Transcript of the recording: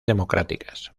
democráticas